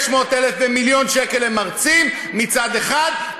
600,000 ומיליון שקל למרצים מצד אחד,